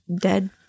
dead